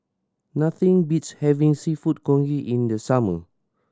nothing beats having Seafood Congee in the summer